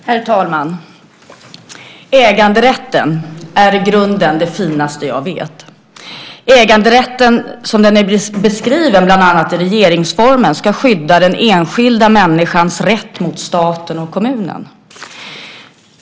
Herr talman! Äganderätten är i grunden det finaste jag vet. Äganderätten som den är beskriven bland annat i regeringsformen ska skydda den enskilda människans rätt mot staten och kommunen.